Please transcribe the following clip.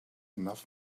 enough